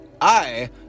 I